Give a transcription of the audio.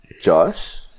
josh